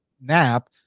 nap